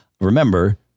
remember